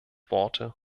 worte